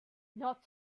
not